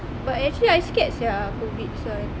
but actually I scared sia COVID this one